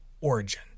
origin